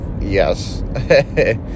Yes